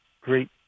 great